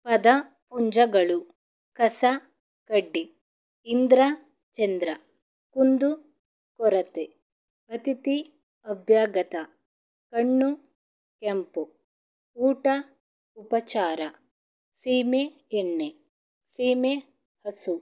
ಪದ ಪುಂಜಗಳು ಕಸಕಡ್ಡಿ ಇಂದ್ರ ಚಂದ್ರ ಕುಂದುಕೊರತೆ ಅತಿಥಿ ಅಭ್ಯಾಗತ ಕಣ್ಣು ಕೆಂಪು ಊಟ ಉಪಚಾರ ಸೀಮೆಎಣ್ಣೆ ಸೀಮೆ ಹಸು